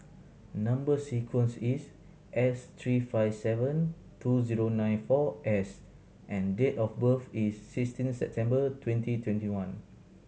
number sequence is S three five seven two zero nine four S and date of birth is sixteen September twenty twenty one